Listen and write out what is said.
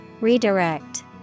Redirect